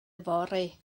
yfory